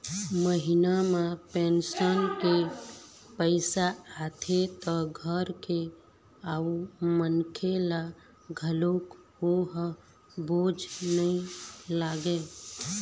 महिना म पेंशन के पइसा आथे त घर के अउ मनखे ल घलोक ओ ह बोझ नइ लागय